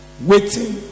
Waiting